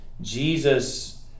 Jesus